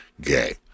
gay